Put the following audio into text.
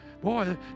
Boy